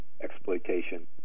exploitation